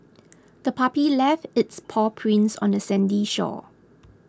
the puppy left its paw prints on the sandy shore